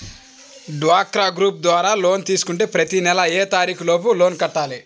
డ్వాక్రా గ్రూప్ ద్వారా లోన్ తీసుకుంటే ప్రతి నెల ఏ తారీకు లోపు లోన్ కట్టాలి?